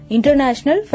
International